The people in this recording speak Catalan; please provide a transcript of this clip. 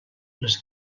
les